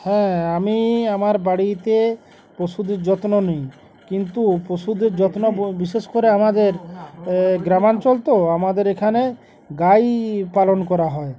হ্যাঁ আমি আমার বাড়িতে পশুদের যত্ন নিই কিন্তু পশুদের যত্ন বিশেষ করে আমাদের গ্রামাঞ্চল তো আমাদের এখানে গাই পালন করা হয়